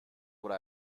what